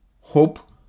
hope